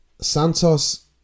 Santos